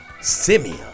Simeon